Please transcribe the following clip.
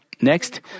Next